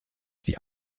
die